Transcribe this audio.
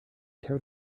tear